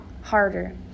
harder